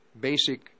basic